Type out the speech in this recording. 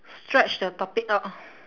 stretch the topic out orh